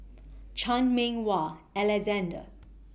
Chan Meng Wah Alexander